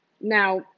Now